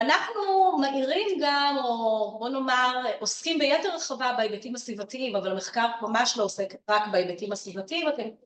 ‫אנחנו מאירים גם, או בואו נאמר, ‫עוסקים ביתר הרחבה בהיבטים הסביבתיים, ‫אבל המחקר ממש לא עוסק ‫רק בהיבטים הסביבתיים, אתם..